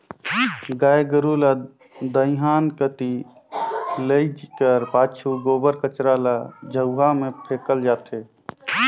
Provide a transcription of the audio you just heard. गाय गरू ल दईहान कती लेइजे कर पाछू गोबर कचरा ल झउहा मे फेकल जाथे